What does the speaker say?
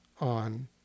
on